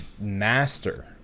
master